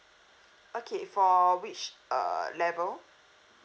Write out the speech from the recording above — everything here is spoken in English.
okay for which err level